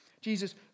Jesus